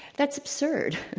that's absurd.